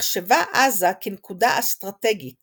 נחשבה עזה כנקודה אסטרטגית